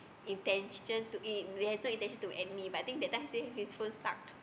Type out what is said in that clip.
intention to in~ he has no intention to add me but I think that time he say his phone stuck